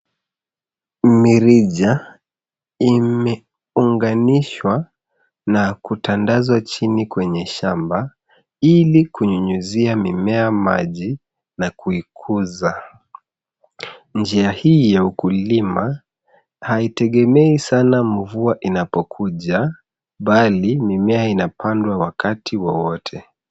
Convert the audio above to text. Mirija imeunganishwa na kutandazwa chini kwenye shamba ili kunyunyuzia mimea maji na kuikuza. Njia hii ya ukulima haitegemei sana mvua inapokuja, bali mimea inapandwa wakati wowote.